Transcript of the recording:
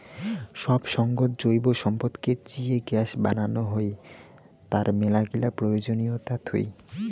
সব সঙ্গত জৈব সম্পদকে চিয়ে গ্যাস বানানো হই, তার মেলাগিলা প্রয়োজনীয়তা থুই